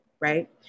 right